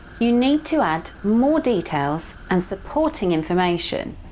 you need to add more details and supporting information,